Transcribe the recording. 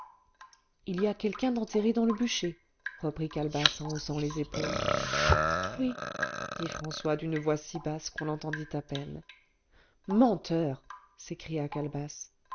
il y a quelqu'un d'enterré dans le bûcher reprit calebasse en haussant les épaules oui dit françois d'une voix si basse qu'on l'entendit à peine menteur s'écria calebasse